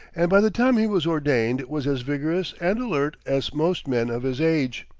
and by the time he was ordained was as vigorous and alert as most men of his age.